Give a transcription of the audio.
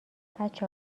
بچه